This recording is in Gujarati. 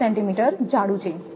5 સેન્ટિમીટર જાડુ છે